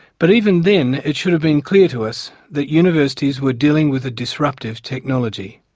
but even then it should have been clear to us that universities were dealing with a disruptive technology.